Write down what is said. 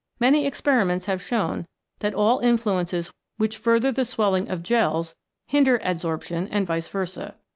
many experi ments have shown that all influences which further the swelling of gels hinder adsorption and vice versa.